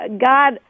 God